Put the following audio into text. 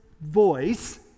voice